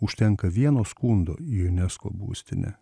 užtenka vieno skundo į unesco būstinę